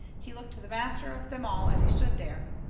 he looked the master of them all as he stood there,